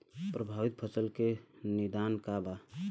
प्रभावित फसल के निदान का बा?